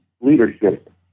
leadership